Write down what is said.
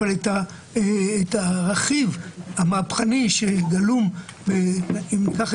אבל את הרכיב המהפכני שגלום בחוק